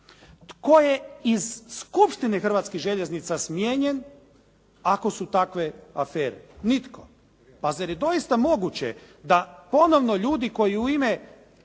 Tko je iz skupštine Hrvatskih željeznica smijenjen ako su takve afere? Nitko. Pa zar je doista moguće da ponovno ljudi koji u ime